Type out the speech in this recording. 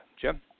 Jim